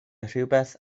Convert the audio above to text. rhywbeth